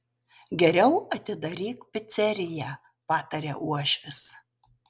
geriau atidaryk piceriją pataria uošvis